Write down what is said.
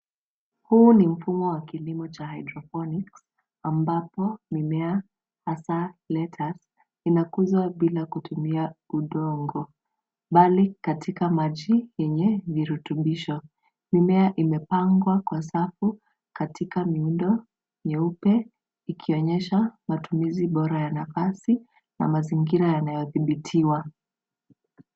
Huu ni mfumo wa kilimo cha hydroponics ambapo mimea hasa lettuce inakuzwa bila kutumia udongo, bali katika maji yenye virutubisho. Mimea imepangwa kwa safu katika miundo ya nyeupe ikionyesha matumizi bora ya nafasi na mazingira yanayothibitiwa.